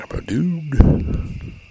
dude